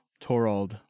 Torald